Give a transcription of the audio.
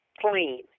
clean